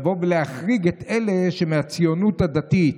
לבוא ולהחריג את אלה שהם מהציונות הדתית.